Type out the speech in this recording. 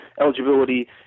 eligibility